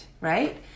right